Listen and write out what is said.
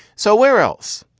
so where else?